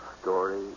story